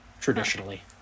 Traditionally